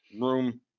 room